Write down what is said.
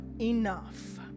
enough